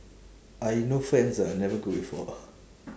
I no friends ah I never go before ah